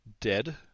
dead